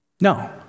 No